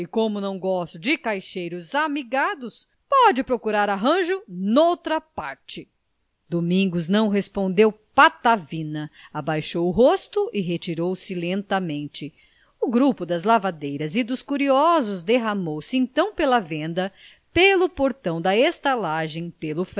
como não gosto de caixeiros amigados pode procurar arranjo noutra parte domingos não respondeu patavina abaixou o rosto e retirou-se lentamente o grupo das lavadeiras e dos curiosos derramou-se então pela venda pelo portão da esta agem pelo